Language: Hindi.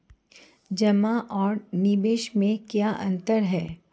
जमा और निवेश में क्या अंतर है?